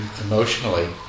emotionally